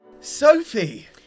Sophie